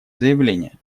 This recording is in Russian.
заявление